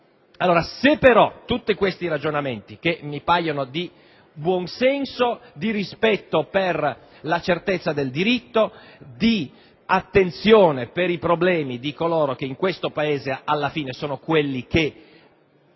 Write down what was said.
mossi. Se però tutti questi ragionamenti che mi paiono di buonsenso, di rispetto per la certezza del diritto, di attenzione per i problemi di coloro che in questo Paese alla fine garantiscono